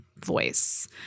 voice